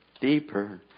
deeper